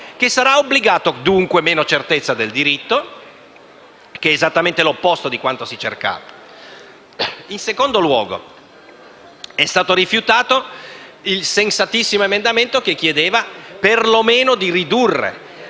discrezionalità; dunque, meno certezza del diritto: esattamente l'opposto di quanto ci si prefiggeva. In secondo luogo, è stato respinto il sensatissimo emendamento che chiedeva perlomeno di ridurre